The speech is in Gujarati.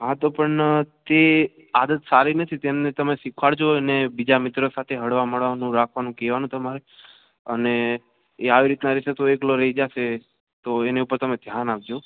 હા તો પણ તે આદત સારી નથી તેમણે તમે શીખવાડજોને બીજા મિત્રો સાથે હળવા મળવાનું રાખવાનું કહેવાનું તમારે અને એ આવી રીતના રહેશે તો એકલો રહી જશે તો એની ઉપર તમે ધ્યાન આપજો